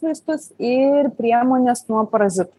vaistus ir priemones nuo parazitų